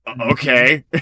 Okay